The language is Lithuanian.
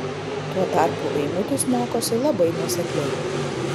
tuo tarpu eimutis mokosi labai nuosekliai